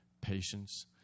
patience